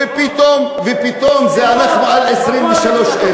ופתאום אנחנו על 23,000?